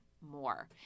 more